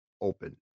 open